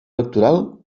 electoral